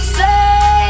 say